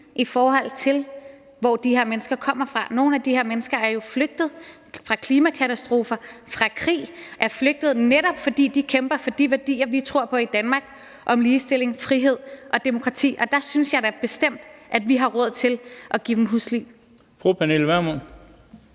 i forhold til de områder, hvor de her mennesker kommer fra. Nogle af de her mennesker er jo flygtet fra klimakatastrofer og fra krig og er flygtet, netop fordi de kæmper for de værdier, vi tror på i Danmark, om ligestilling, frihed og demokrati, og der synes jeg da bestemt, at vi har råd til at give dem husly.